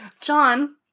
John